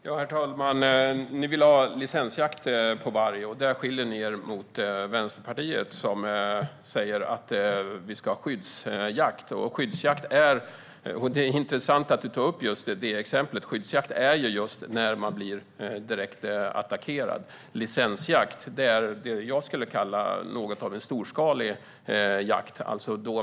Herr talman! Ni vill ha licensjakt på varg. Där skiljer ni er mot Vänsterpartiet, som säger att vi ska ha skyddsjakt. Det är intressant att Jesper Skalberg Karlsson tar upp just det exemplet. Skyddsjakt är just när man blir direkt attackerad. Licensjakt är vad jag skulle kalla något av en storskalig jakt.